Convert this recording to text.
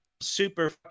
super